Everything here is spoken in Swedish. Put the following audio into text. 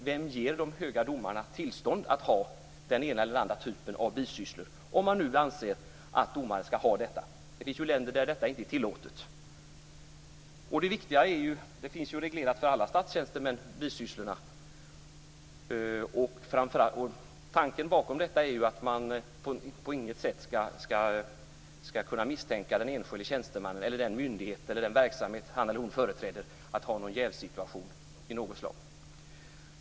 Vem ger de höga domarna tillstånd att ha den ena eller andra typen av bisysslor - om man nu anser att domare skall få ha sådana? Det finns ju länder där det inte är tillåtet. För alla statstjänstemän är bisysslorna reglerade. Tanken bakom det är att man inte på något sätt skall kunna misstänka jäv av något slag hos den enskilde tjänstemannen, den myndighet eller verksamhet som han eller hon företräder.